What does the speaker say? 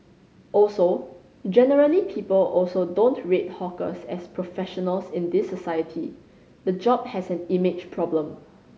also generally people also don't rate hawkers as professionals in this society the job has an image problem